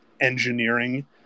engineering